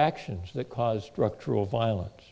actions that cause truck drove violence